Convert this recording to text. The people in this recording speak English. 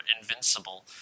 Invincible